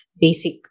basic